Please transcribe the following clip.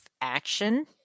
action